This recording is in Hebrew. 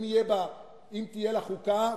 ואם תהיה לה חוקה,